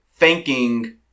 thanking